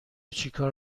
چیکار